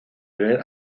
primer